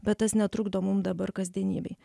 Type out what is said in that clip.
bet tas netrukdo mum dabar kasdienybėj